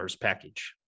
package